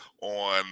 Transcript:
on